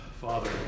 Father